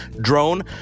drone